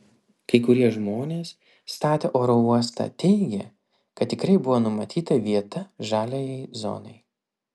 kai kurie žmonės statę oro uostą teigė kad tikrai buvo numatyta vieta žaliajai zonai